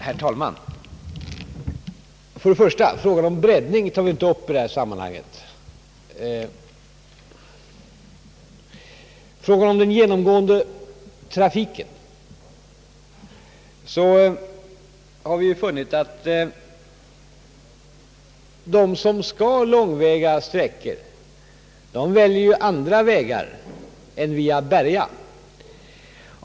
Herr talman! Först och främst: frågan om breddning tar vi inte upp i det här sammanhanget. Beträffande den genomgående trafiken har vi funnit att de som skall resa långa sträckor väljer andra vägar än via Berga.